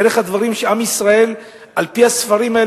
דרך הדברים שעם ישראל חי על-פיהם,